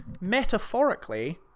metaphorically